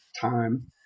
time